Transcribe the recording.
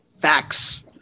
facts